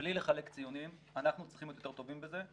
בלי לחלק ציונים אנחנו צריכים להיות יותר טובים בזה.